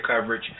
coverage